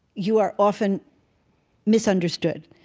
you are often misunderstood.